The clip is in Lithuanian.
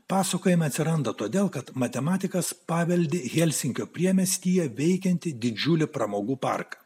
pasakojime atsiranda todėl kad matematikas paveldi helsinkio priemiestyje veikiantį didžiulį pramogų parką